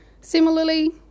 Similarly